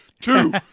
two